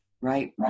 Right